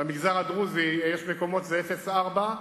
במגזר הדרוזי יש מקומות שזה 0.4%,